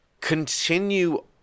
continue